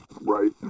right